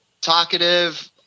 talkative